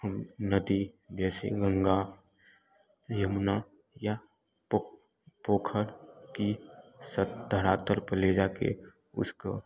हम नदी जैसे गंगा यमुना या पोक पोखर की सब धरातर को ले जा के उसको